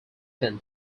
than